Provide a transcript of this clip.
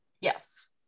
Yes